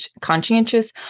conscientious